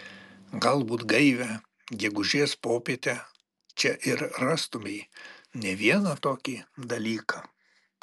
galbūt gaivią gegužės popietę čia ir rastumei ne vieną tokį dalyką